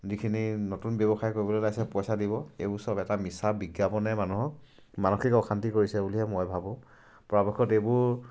যিখিনি নতুন ব্যৱসায় কৰিবলৈ ওলাইছে পইচা দিব এইবোৰ চব এটা মিছা বিজ্ঞাপনে মানুহক মানসিক অশান্তি কৰিছে বুলিয়হে মই ভাবোঁ পৰাপক্ষত এইবোৰ